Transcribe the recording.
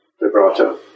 vibrato